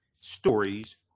stories